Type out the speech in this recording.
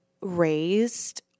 raised